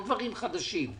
אלו לא דברים חדשים.